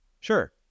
Sure